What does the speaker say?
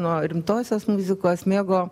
nuo rimtosios muzikos mėgo